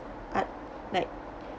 art like